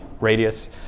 radius